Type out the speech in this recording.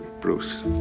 Bruce